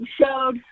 showed